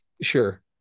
sure